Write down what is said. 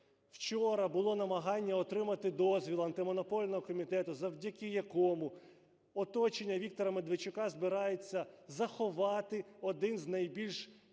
Вчора було намагання отримати дозвіл Антимонопольного комітету, завдяки якому оточення Віктора Медведчука збирається заховати один з найбільш